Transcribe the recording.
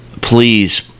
please